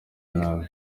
nabi